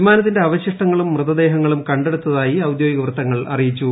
വിമാനത്തിന്റെ അവശിഷ്ടങ്ങളും മൃതദേഹങ്ങളും കണ്ടെടുത്തായി ഔദ്യോഗിക വൃത്തങ്ങൾ അറിയിച്ചു